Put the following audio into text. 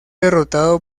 derrotado